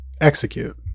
execute